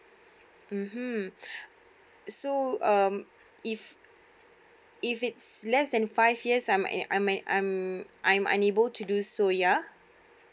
mm hmm so um if if it's less than five years I am I am unable to do so ya